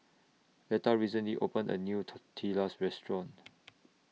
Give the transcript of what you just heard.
Letha recently opened A New Tortillas Restaurant